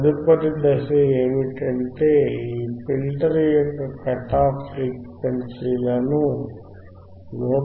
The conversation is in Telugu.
తదుపరి దశ ఏమిటంటే ఈ ఫిల్టర్ యొక్క కట్ ఆఫ్ ఫ్రీక్వెన్సీలను 159